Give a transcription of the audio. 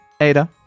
Ada